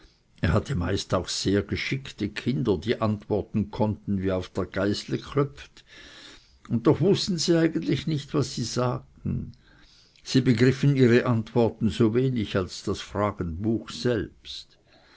er hatte meist auch sehr geschickte kinder die antworten konnten wie auf der geisle gchlepft und doch wußten sie eigentlich nicht was sie sagten sie begriffen ihre antworten so wenig als das fragenbuch selbst